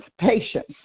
patience